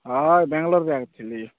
ହଁ ଏଇ ବ୍ୟାଙ୍ଗଲୋର୍ ଏକା ଥିଲି